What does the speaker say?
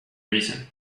reason